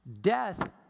Death